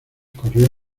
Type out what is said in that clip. corrió